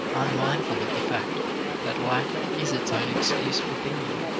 unmindful of the fact that life is its own excuse for being